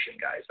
guys